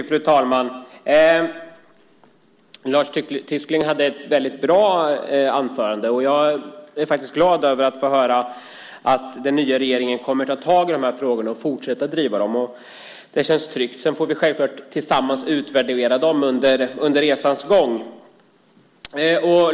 Fru talman! Lars Tysklind höll ett väldigt bra anförande. Jag är glad över att få höra att den nya regeringen kommer att ta tag i de här frågorna och fortsätta att driva dem. Det känns tryggt. Sedan får vi naturligtvis tillsammans utvärdera dem under resans gång.